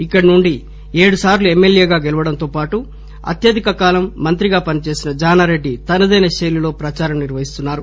ఇక్కడి నుంచి ఏడుసార్లు ఎమ్మెల్యేగా గెలవడంతో పాటు అత్యధిక కాలం మంత్రిగా పనిచేసిన జానారెడ్డి తనదైన శైలిలో ప్రదారం నిర్వహిస్తున్నారు